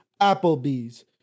Applebee's